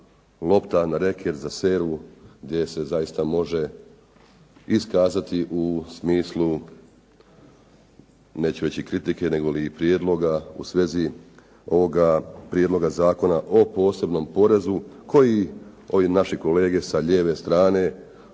lopta na reket za servu gdje se zaista može iskazati u smislu neću reći kritike nego prijedloga, u svezi ovoga prijedloga Zakona o posebnom porezu koji ovi naši kolege sa lijeve strane,